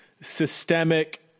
systemic